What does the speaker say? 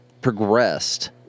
progressed—